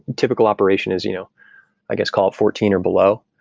typical operation is, you know i guess, call it fourteen or below,